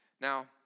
Now